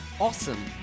Awesome